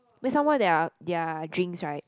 wait some more their their drinks right